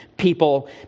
people